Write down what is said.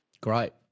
Great